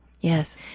Yes